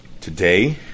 Today